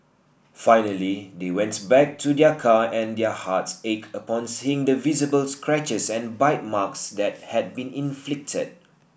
finally they went back to their car and their hearts ached upon seeing the visible scratches and bite marks that had been inflicted